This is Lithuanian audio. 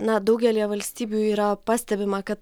na daugelyje valstybių yra pastebima kad